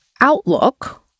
outlook